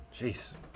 jeez